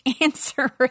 answer